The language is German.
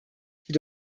die